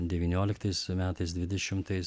devynioliktais metais dvidešimtais